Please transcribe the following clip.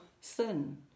sin